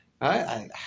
right